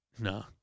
no